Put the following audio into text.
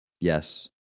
Yes